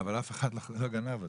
אבל אף אחד לא גנב אותם,